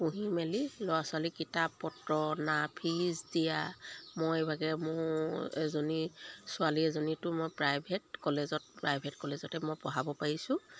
পুহি মেলি ল'ৰা ছোৱালী কিতাপ পত্ৰ অনা ফিজ দিয়া মই এইভাগে মোৰ এজনী ছোৱালী এজনীটো মই প্ৰাইভেট কলেজত প্ৰাইভেট কলেজতে মই পঢ়াব পাৰিছোঁ